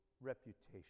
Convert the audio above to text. reputation